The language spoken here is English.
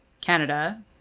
Canada